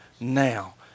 now